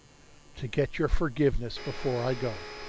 to get your forgiveness before i go.